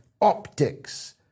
optics